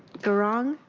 guerin